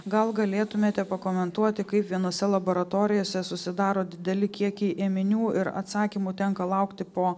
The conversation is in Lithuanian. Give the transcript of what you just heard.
gal galėtumėte pakomentuoti kaip vienose laboratorijose susidaro dideli kiekiai ėminių ir atsakymų tenka laukti po